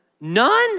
none